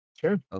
Sure